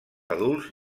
adults